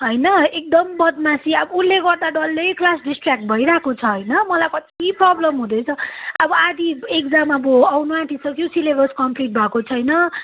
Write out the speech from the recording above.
होइन एकदम बदमासी अब उसले गर्दा डल्लै क्लास डिस्ट्रयाक्ट भइरहेको छ होइन मलाई कति प्रब्लम हुँदैछ अब आदि इक्जाम अब आउनु आँटिसक्यो सिलेबस कम्प्लिट भएको छैन